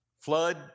flood